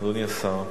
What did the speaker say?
אדוני השר,